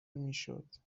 میشد